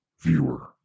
Viewer